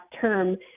term